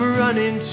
running